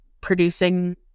producing